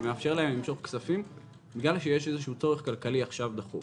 שזה מאפשר להם למשוך כספים בגלל שיש איזשהו צורך כלכלי דחוף עכשיו.